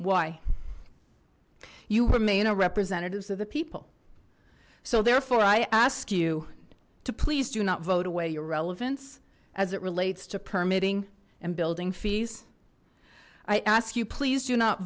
why you remain a representatives of the people so therefore i ask you to please do not vote away your relevance as it relates to permitting and building fees i ask you please do not